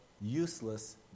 useless